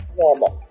normal